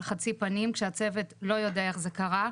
חצי פנים כשהצוות לא יודע איך זה קרה.